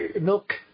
milk